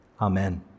Amen